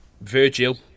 Virgil